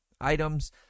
items